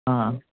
ꯑꯥ